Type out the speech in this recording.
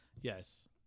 Yes